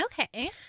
Okay